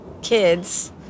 kids